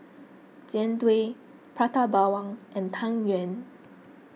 Jian Dui Prata Bawang and Tang Yuen